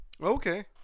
Okay